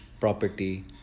property